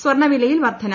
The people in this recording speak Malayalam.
സ്വർണ വിലയിൽ വർദ്ധന